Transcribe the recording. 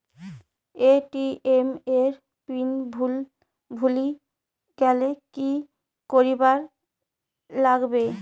ATM এর pin ভুলি গেলে কি করিবার লাগবে?